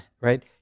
right